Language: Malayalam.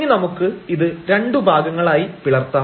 ഇനി നമുക്ക് ഇത് രണ്ടു ഭാഗങ്ങളായി പിളർത്താം